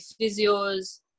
physios